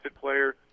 player